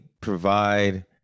provide